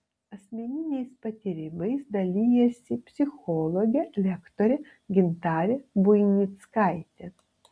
asmeniniais patyrimais dalijasi psichologė lektorė gintarė buinickaitė